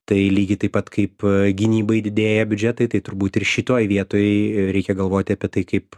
tai lygiai taip pat kaip gynybai didėja biudžetai tai turbūt ir šitoj vietoj reikia galvoti apie tai kaip